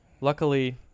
luckily